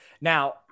now